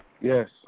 Yes